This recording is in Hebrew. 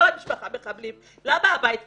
כל המשפחה מחבלים, למה הבית קיים?